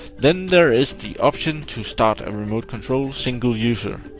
then there is the option to start a remote control single user,